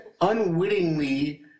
unwittingly